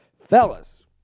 Fellas